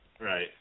Right